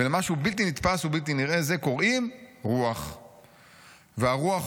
ולמשהו בלתי נתפס ובלתי נראה זה קוראים "רוח".' והרוח